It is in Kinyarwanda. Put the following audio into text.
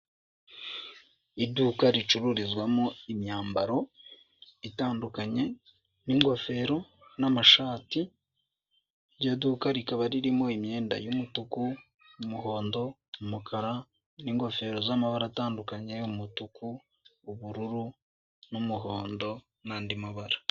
Iduka ricururizwamo imyambaro itandukanye ngofero n'amashati iryo duka rikaba ririmo imyenda y'umutuku n'umuhondo umukara n'ingofero z'amabara atandukanye umutuku w'ubururu n'umuhondo n'andi mabara.